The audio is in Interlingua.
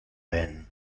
ben